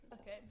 okay